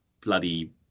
bloody